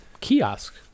kiosk